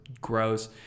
gross